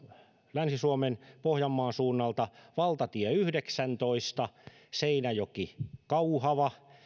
länsi suomen pohjanmaan suunnalta valtatie yhdeksäntoista seinäjoki kauhava